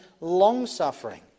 long-suffering